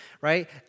right